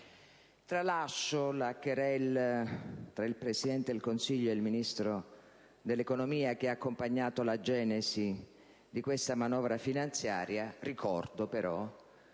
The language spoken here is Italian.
Tralascio la *querelle* tra il Presidente del Consiglio ed il Ministro dell'economia che ha accompagnato la genesi di questa manovra finanziaria. Ricordo, però,